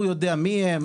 הוא יודע מי הם,